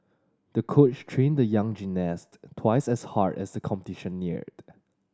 the coach trained the young gymnast twice as hard as the competition neared